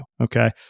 Okay